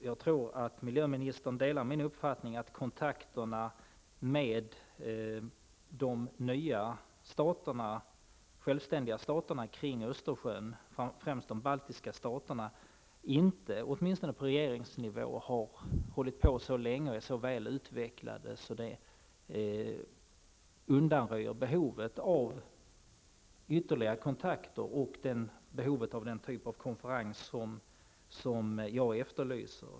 Jag tror att miljöministern delar min uppfattning att kontakterna med de nya självständiga staterna kring Östersjön, framför allt de baltiska staterna, inte -- åtminstone på regeringsnivå -- har förekommit så länge och är så väl utvecklade, att det undanröjer behovet av ytterligare kontakter och behovet av den typ av konferenser som jag efterlyser.